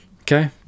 Okay